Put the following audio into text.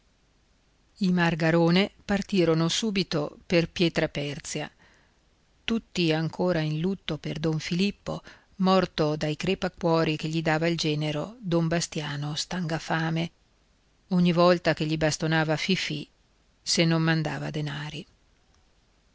i margarone partirono subito per pietraperzia tutti ancora in lutto per don filippo morto dai crepacuori che gli dava il genero don bastiano stangafame ogni volta che gli bastonava fifì se non mandava denari